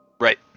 Right